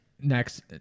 Next